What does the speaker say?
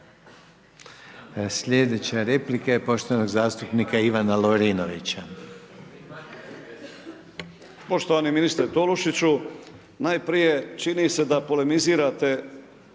Sljedeća replika je poštovanog zastupnika Ivana Lovirnovića.